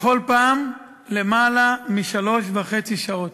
ובכל פעם למעלה משלוש וחצי שעות.